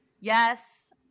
yes